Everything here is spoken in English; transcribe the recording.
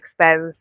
expense